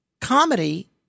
comedy